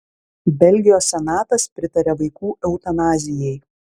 belgijos senatas pritarė vaikų eutanazijai